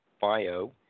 bio